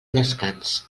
descans